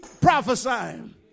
prophesying